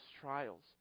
trials